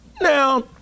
Now